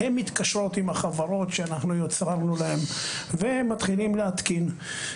הן מתקשרות עם החברות שאנחנו יצרנו להן ומתחילים להתקין.